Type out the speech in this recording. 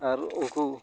ᱟᱨ ᱩᱱᱠᱩ